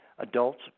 Adults